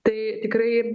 tai tikrai